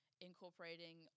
incorporating